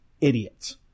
idiots